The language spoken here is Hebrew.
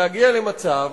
להגיע למצב